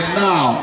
now